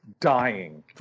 dying